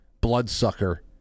bloodsucker